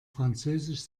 französisch